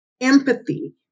empathy